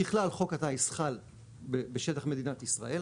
ככל חוק הטייס חל בשטח מדינת ישראל,